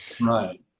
Right